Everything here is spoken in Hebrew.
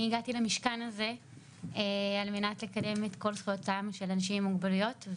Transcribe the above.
אני הגעתי למשכן הזה כדי לקדם את כל זכויותיהם של אנשים עם מוגבלויות.